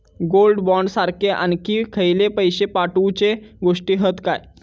Gold bond सारखे आणखी खयले पैशे साठवूचे गोष्टी हत काय?